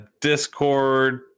Discord